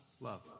love